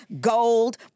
gold